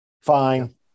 fine